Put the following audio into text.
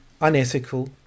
unethical